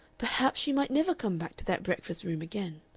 perhaps she might never come back to that breakfast-room again.